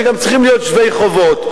שגם צריכים להיות שווי חובות.